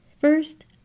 First